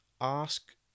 ask